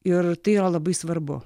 ir tai yra labai svarbu